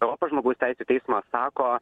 europos žmogaus teisių teismas sako